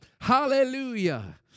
Hallelujah